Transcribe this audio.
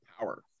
Power